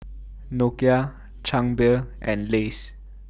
Nokia Chang Beer and Lays